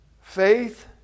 Faith